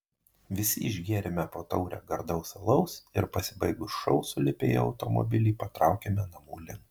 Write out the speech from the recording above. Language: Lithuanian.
visi išgėrėme po taurę gardaus alaus ir pasibaigus šou sulipę į automobilį patraukėme namų link